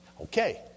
Okay